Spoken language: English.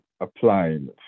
applying